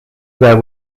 there